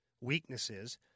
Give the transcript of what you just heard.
weaknesses